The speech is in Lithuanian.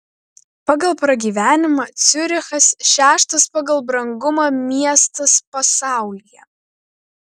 pagal pragyvenimą ciurichas šeštas pagal brangumą miestas pasaulyje